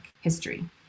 history